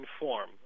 inform